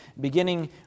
beginning